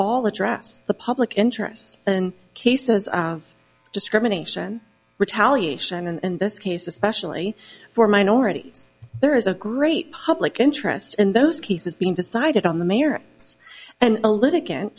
all address the public interest in cases of discrimination retaliation and in this case especially for minorities there is a great public interest in those cases being decided on the mayor and a lit